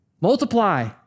multiply